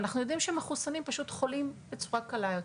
ואנחנו יודעים שמחוסנים פשוט חולים בצורה קלה יותר,